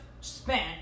spent